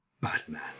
Batman